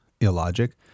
illogic